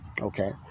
okay